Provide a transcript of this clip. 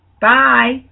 Bye